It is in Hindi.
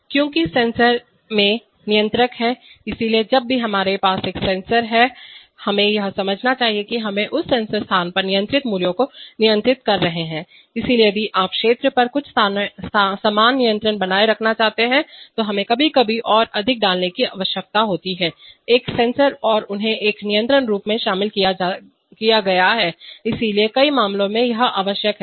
क्योंकि सेंसर मैं नियंत्रक है इसलिए जब भी हमारे पास एक सेंसर हैं हमें यह समझना चाहिए कि हम उस सेंसर स्थान पर नियंत्रित मूल्य को नियंत्रित कर रहे हैं इसलिए यदि आप क्षेत्र पर कुछ समान नियंत्रण बनाए रखना चाहते हैं तो हमें कभी कभी और अधिक डालने की आवश्यकता होती है एक सेंसर और उन्हें एक नियंत्रण लूप में शामिल किया गया है इसलिए कई मामलों में यह आवश्यक है